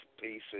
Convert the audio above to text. pieces